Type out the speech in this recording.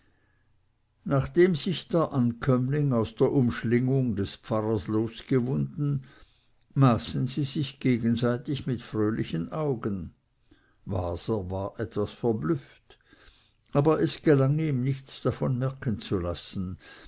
nachdem sich der ankömmling aus der umschlingung des pfarrers losgewunden maßen sie sich gegenseitig mit fröhlichen augen waser war etwas verblüfft aber es gelang ihm nichts davon merken zu lassen